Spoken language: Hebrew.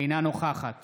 אינה נוכחת